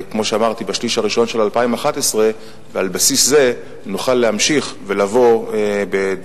הסוף, ונכריח את